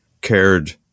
cared